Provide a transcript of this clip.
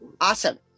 Awesome